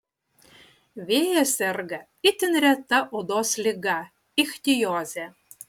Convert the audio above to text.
vėjas serga itin reta odos liga ichtioze